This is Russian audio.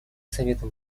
советом